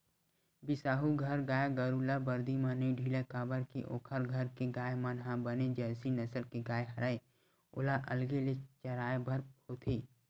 बिसाहू घर गाय गरु ल बरदी म नइ ढिलय काबर के ओखर घर के गाय मन ह बने जरसी नसल के गाय हरय ओला अलगे ले चराय बर होथे